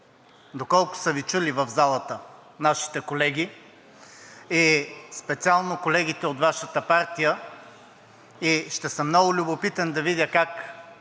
доколко са Ви чули в залата нашите колеги и специално колегите от Вашата партия, и ще съм много любопитен да видя как